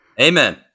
Amen